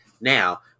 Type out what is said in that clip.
Now